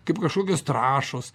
kaip kažkokios trąšos